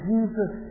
Jesus